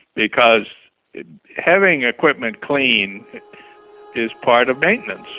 because having equipment cleaned is part of maintenance